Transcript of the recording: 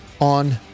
on